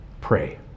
pray